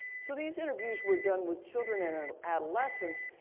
so these interviews were done with children and ah adolescents,